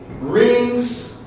rings